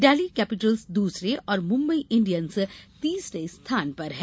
Delhi Capitals दूसरे और Mumbai Indians तीसरे स्थान पर है